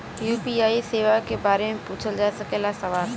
UPI सेवा के बारे में पूछ जा सकेला सवाल?